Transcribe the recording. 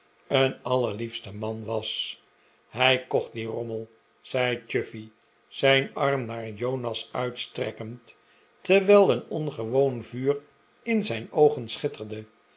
een allerliefste man was hij kocht dien rommel zei chuffey zijn arm naar jonas uitstrekkend terwijl een ongewoon vuur in zijn oogen schitterde